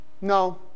No